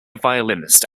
violinist